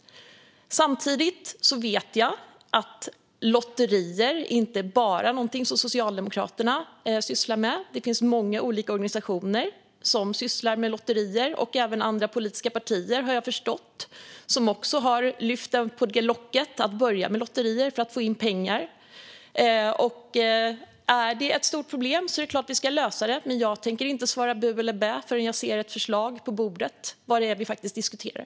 Samtidigt vet jag att lotterier inte är något som bara Socialdemokraterna sysslar med. Det finns många olika organisationer som sysslar med lotterier. Det finns även andra politiska partier, har jag förstått, som också har lyft på det locket och börjat med lotterier för att få in pengar. Om detta är ett stort problem är det klart att vi ska lösa det, men jag tänker inte svara bu eller bä förrän jag ser ett förslag på bordet som visar vad vi faktiskt diskuterar.